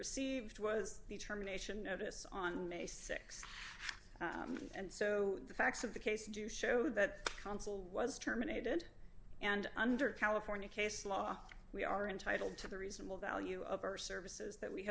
received was determination notice on may th and so the facts of the case do show that counsel was terminated and under california case law we are entitled to the reasonable value of our services that we